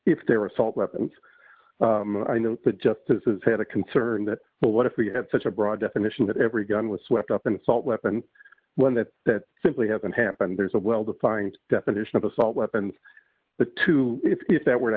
if their assault weapons the justices had a concern that well what if we had such a broad definition that every gun was swept up an assault weapon when that that simply haven't happened there's a well defined definition of assault weapons the two if that were to